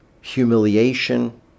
humiliation